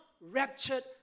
raptured